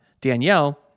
Danielle